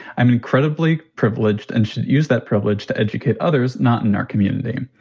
i'm incredibly privileged and use that privilege to educate others not in our community,